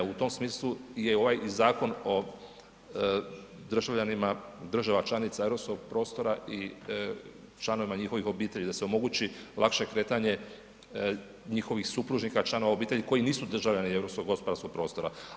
U tom smislu je i ovaj Zakon o državljanima država članica Europskog prostora i članovima njihovih obitelji da se omogući lakše kretanje njihovih supružnika članova obitelji koji nisu državljani Europskog gospodarskog prostora.